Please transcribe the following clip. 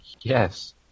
yes